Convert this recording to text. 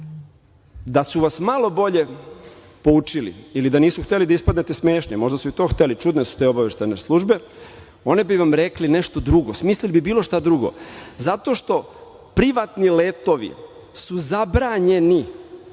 Da su vas malo bolje poučili ili da nisu hteli da ispadnete smešni, možda su i to hteli, čudne su te obaveštajne službe, oni bi vam rekli nešto drugo. Smislili bi bilo šta drugo. Zato što privatni letovi su zabranjeni